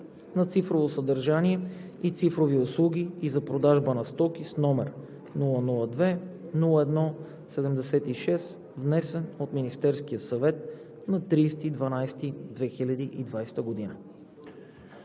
на цифрово съдържание и цифрови услуги и за продажба на стоки, № 002-01-76, внесен от Министерския съвет на 30